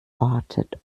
ortet